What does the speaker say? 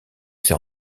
ses